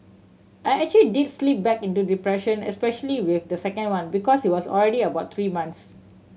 I actual did slip back into depression especially with the second one because he was already about three months